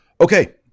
Okay